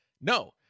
No